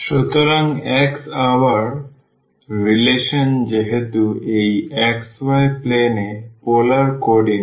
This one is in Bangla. সুতরাং x আবার রিলেশন যেহেতু এটি এই xy প্লেন এ পোলার কোঅর্ডিনেট